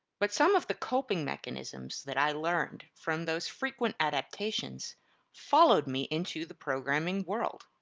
but some of the coping mechanisms that i learned from those frequent adaptations followed me into the programming world.